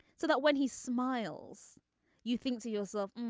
so that when he smiles you think to yourself.